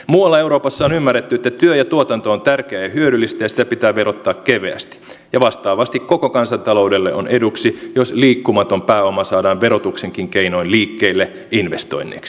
muualla euroopassa on ymmärretty että työ ja tuotanto on tärkeää ja hyödyllistä ja sitä pitää verottaa keveästi ja vastaavasti koko kansantaloudelle on eduksi jos liikkumaton pääoma saadaan verotuksenkin keinoin liikkeelle investoinneiksi